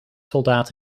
soldaat